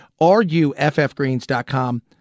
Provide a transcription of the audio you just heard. RuffGreens.com